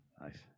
Nice